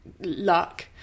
luck